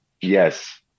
yes